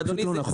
זה פשוט לא נכון.